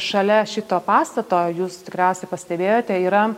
šalia šito pastato jūs tikriausiai pastebėjote yra